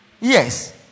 Yes